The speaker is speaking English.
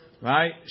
Right